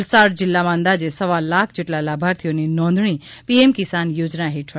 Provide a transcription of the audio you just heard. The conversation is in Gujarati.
વલસાડ જિલ્લામાં અંદાજે સવા લાખ જેટલા લાભાર્થીઓની નોંધણી પીએમ કિસાન યોજના હેઠળ થઇ છે